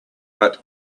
but